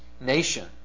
nation